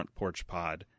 frontporchpod